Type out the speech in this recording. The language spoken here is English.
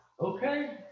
okay